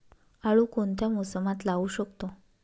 आळू कोणत्या मोसमात लावू शकतो?